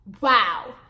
wow